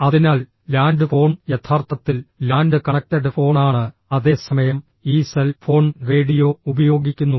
അതിനാൽ land phone യഥാർത്ഥത്തിൽ land connected ഫോണാണ് അതേസമയം ഈ സെൽ ഫോൺ റേഡിയോ ഉപയോഗിക്കുന്നു